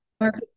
Mark